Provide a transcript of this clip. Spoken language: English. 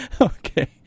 Okay